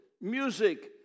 music